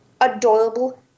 adorable